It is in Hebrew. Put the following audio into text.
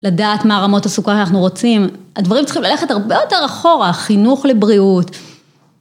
לדעת מה רמות הסוכר שאנחנו רוצים, הדברים צריכים ללכת הרבה יותר אחורה, חינוך לבריאות.